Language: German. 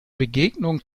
begegnung